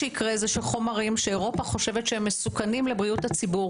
חומרים שאירופה חושבת שהם מסוכנים לבריאות הציבור